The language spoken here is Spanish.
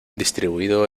distribuido